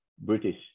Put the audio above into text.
British